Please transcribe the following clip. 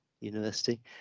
university